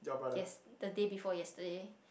yes the day before yesterday